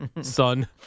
son